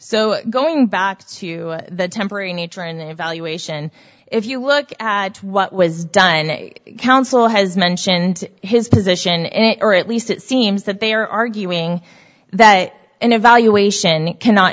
so going back to the temporary nature and evaluation if you look at what was done council has mentioned his position and or at least it seems that they are arguing that an evaluation cannot